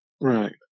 Right